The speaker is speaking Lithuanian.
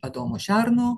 adomo šerno